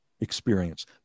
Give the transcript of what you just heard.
experience